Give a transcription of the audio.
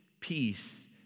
peace